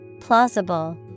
Plausible